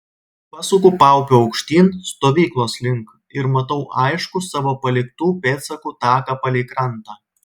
pasuku paupiu aukštyn stovyklos link ir matau aiškų savo paliktų pėdsakų taką palei krantą